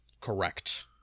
Correct